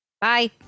Bye